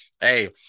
hey